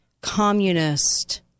communist